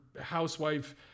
housewife